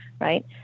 right